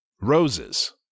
Roses